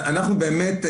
אנחנו באמת,